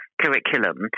Curriculum